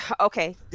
Okay